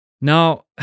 now